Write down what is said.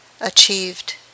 achieved